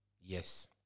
Yes